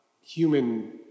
human